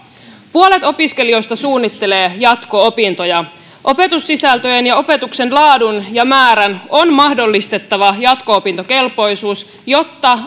puolet opiskelijoista suunnittelee jatko opintoja opetussisältöjen ja opetuksen laadun ja määrän on mahdollistettava jatko opintokelpoisuus jotta